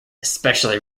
especially